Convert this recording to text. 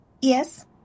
Yes